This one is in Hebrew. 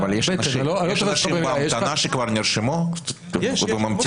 אבל יש אנשים בהמתנה שכבר נרשמו או ממתינים?